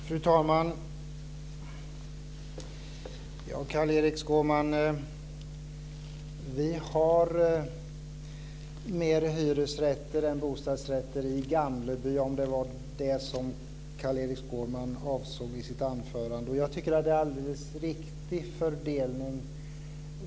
Fru talman! Jag vill om det var det som Carl-Erik Skårman avsåg i sitt anförande säga att vi har fler hyresrätter än bostadsrätter i Gamleby. Jag tycker att det är en alldeles riktig fördelning.